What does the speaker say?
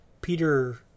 Peter